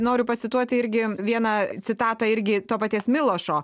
noriu pacituoti irgi vieną citatą irgi to paties milošo